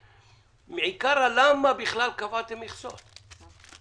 אז למה בכלל קבעתם מכסות?